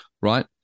right